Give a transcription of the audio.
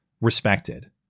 respected